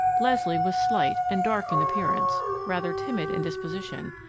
leslie was slight and dark in appearance, rather timid in disposition,